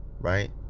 Right